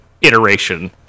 iteration